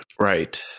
Right